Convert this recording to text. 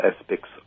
aspects